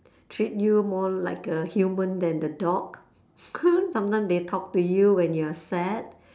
treat you more like a human than the dog sometimes they talk to you when you are sad